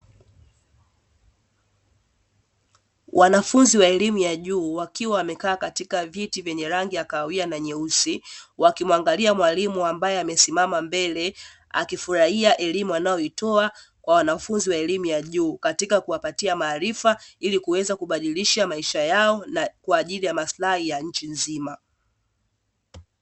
Wanafunzi wa elimu ya juu, wakiwa wamekaa katika viti vyenye rangi ya kahawia na nyeusi, wakimuangalia mwalimu ambaye amesimama mbele, akifurahia elimu anayoitoa kwa wanafunzi wa elimu ya juu, katika kuwapatia maarifa ili kuweza kubadilisha maisha yao na kwa ajili ya maslahi ya nchi nzima.